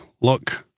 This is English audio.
look